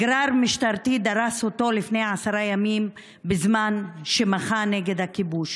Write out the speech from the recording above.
גרר משטרתי דרס אותו לפני עשרה ימים בזמן שמחה נגד הכיבוש.